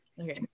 Okay